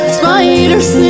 spiders